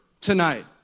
tonight